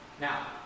Now